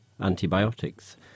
antibiotics